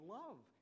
love